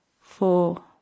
Four